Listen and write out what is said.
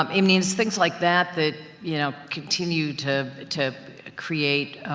um it means things like that, that you know, continue to, to create,